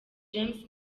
james